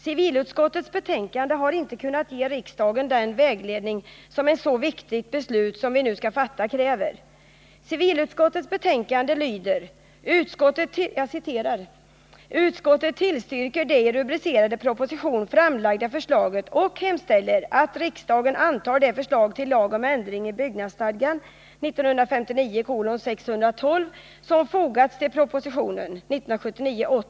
Civilutskottets betänkande har inte kunnat ge riksdagen den vägledning som ett så viktigt beslut som vi nu skall fatta kräver.